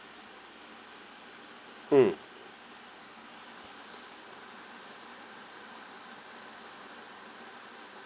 mm